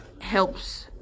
helps